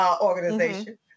organization